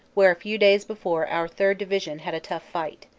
where a few days before our third division had a tough fight.